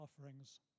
offerings